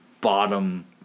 bottom